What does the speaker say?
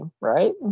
right